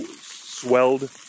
swelled